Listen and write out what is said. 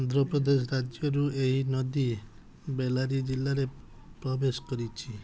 ଆନ୍ଧ୍ରପ୍ରଦେଶ ରାଜ୍ୟରୁ ଏହି ନଦୀ ବେଲାରୀ ଜିଲ୍ଲାରେ ପ୍ରବେଶ କରିଛି